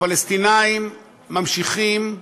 הפלסטינים ממשיכים,